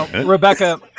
Rebecca